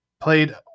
played